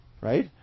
right